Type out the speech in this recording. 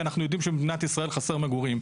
אנחנו יודעים שבמדינת ישראל חסר מגורים,